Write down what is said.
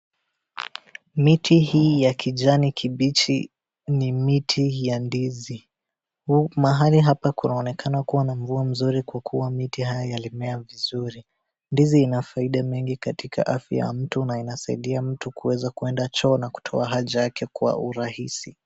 Miti hii ya kijani kibichi ni miti ya ndizi. Mahali hapa kunaonekana kuwa na mvua mzuri kwa kuwa miti hii ilimea vizuri. Ndizi ina faida mingi katika afya ya mtu na inasaidia mtu kuweza kuenda choo na kutoa haja yake kwa urahisi.